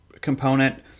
component